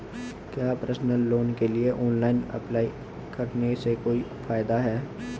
क्या personal loan के लिए ऑनलाइन अप्लाई करने से कोई फायदा है?